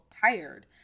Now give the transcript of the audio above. tired